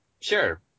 sure